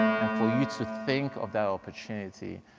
and for you to think of that opportunity,